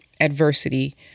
adversity